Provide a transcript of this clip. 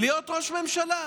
להיות ראש ממשלה.